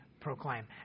proclaim